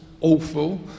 awful